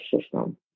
system